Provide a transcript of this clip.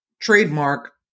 Trademark